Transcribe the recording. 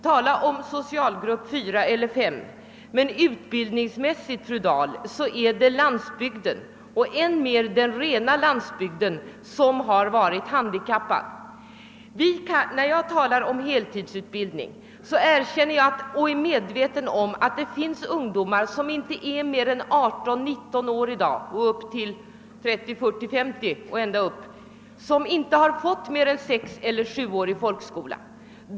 Tala om socialgrupp 4 eller 5, men utbildningsmässigt, fru Dahl, är det landsbygden, alldeles särskilt den rena landsbygden, som har varit handikappad. När jag talar om heltidsutbildning gör jag det i medvetande om att det änns ungdomar som inte är mera än 1[8—19 år i dag — lika väl som 30—50 åringar och äldre — och som inte har fått mer än sexeller sjuårig folkskola.